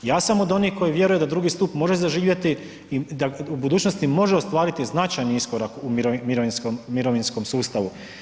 Ja sam od onih koji vjeruje da drugi stup može zaživjeti i da u budućnosti može ostvariti značajni iskorak u mirovinskom sustavu.